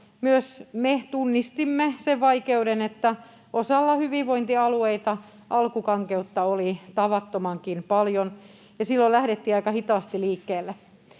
myös me tunnistimme sen vaikeuden, että osalla hyvinvointialueita alkukankeutta oli tavattomankin paljon, ja silloin lähdettiin aika hitaasti liikkeelle.